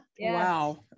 wow